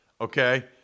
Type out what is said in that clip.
okay